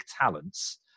talents